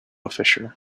fischer